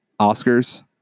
Oscars